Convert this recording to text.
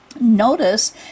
Notice